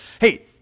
hey